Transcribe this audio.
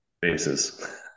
faces